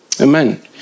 Amen